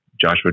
Joshua